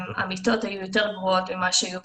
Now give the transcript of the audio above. המיטות היו יותר רעועות ממה שהיו בצבא,